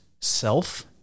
self